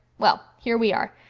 well, here we are.